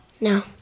No